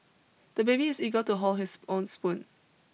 the baby is eager to hold his own spoon